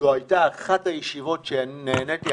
זו הייתה אחת הישיבות שנהניתי,